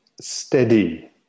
steady